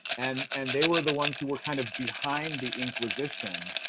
and and they were the ones who were kind of behind the inquisition.